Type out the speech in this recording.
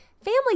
Family